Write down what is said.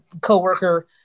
coworker